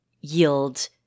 yield